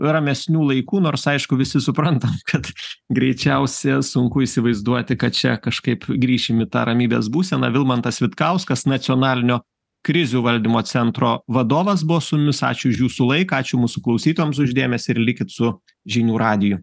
ramesnių laikų nors aišku visi suprantam kad greičiausia sunku įsivaizduoti kad čia kažkaip grįšim į tą ramybės būseną vilmantas vitkauskas nacionalinio krizių valdymo centro vadovas buvo su mumis ačiū už jūsų laiką ačiū mūsų klausytojams už dėmesį ir likit su žinių radiju